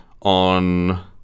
on